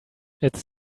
it’s